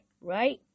right